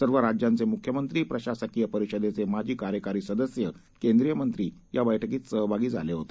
सर्व राज्यांचे मुख्यमंत्री प्रशासकीय परिषदेचे माजी कार्यकारी सदस्य केंद्रीय मंत्री या बैठकीत सहभागी झाले होते